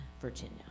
Virginia